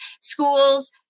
schools